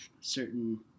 certain